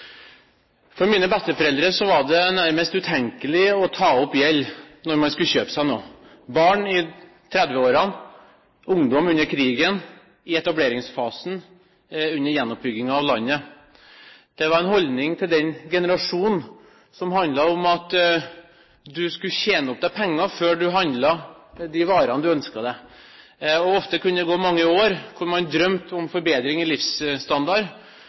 For mine besteforeldre var det nærmest utenkelig å ta opp gjeld når man skulle kjøpe noe – dette var barn i 1930-årene, ungdom under krigen, og i etableringsfasen under gjenoppbyggingen av landet. Det var en holdning hos den generasjonen som handlet om at man skulle tjene opp penger før man handlet de varene man ønsket seg. Ofte kunne det gå mange år hvor man drømte om forbedring av livsstandard